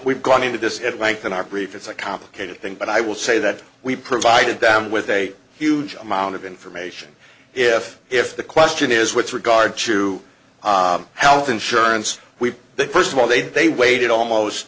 we've gone into this at length in our brief it's a complicated thing but i will say that we provided them with a huge amount of information if if the question is with regard to health insurance we think first of all they did they waited almost